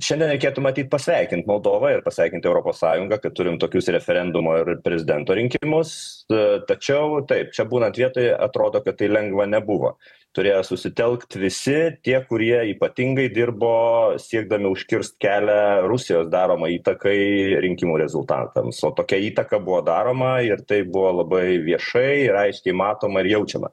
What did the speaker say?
šiandien reikėtų matyt pasveikint moldovą ir pasveikint europos sąjungą kad turim tokius referendumo ir prezidento rinkimus tačiau taip čia būnant vietoje atrodo kad tai lengva nebuvo turėjo susitelkt visi tie kurie ypatingai dirbo siekdami užkirst kelią rusijos daromai įtakai rinkimų rezultatams o tokia įtaka buvo daroma ir tai buvo labai viešai ir aiškiai matoma ir jaučiama